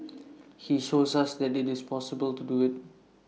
he shows us that IT is possible to do IT